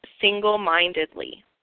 single-mindedly